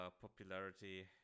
popularity